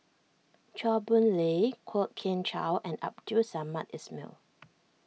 Chua Boon Lay Kwok Kian Chow and Abdul Samad Ismail